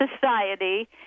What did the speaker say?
society